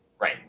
Right